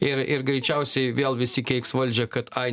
ir ir greičiausiai vėl visi keiks valdžią kad ai